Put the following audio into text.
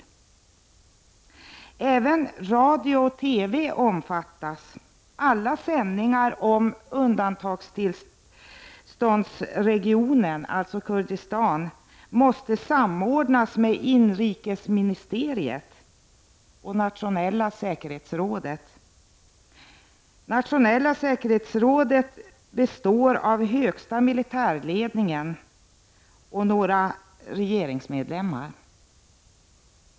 Även radio och TV omfattas av undantagslagen. Alla sändningar om undantagstillståndsregionen, dvs. Kurdistan, måste samordnas med inrikesministeriet och Nationella säkerhetsrådet, som består av högsta militärledningen och några från regeringen.